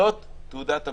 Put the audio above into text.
זאת תעודת המתחסן.